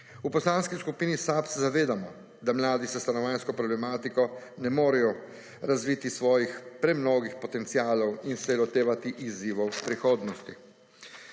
V Poslanski skupini SAB se zavedamo, da mladi s stanovanjsko problematiko ne moremo razviti svoji premnogih potencialov in se lotevati izzivov prihodnosti.